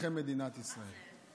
אזרחי מדינת ישראל.